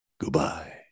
goodbye